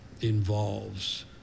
involves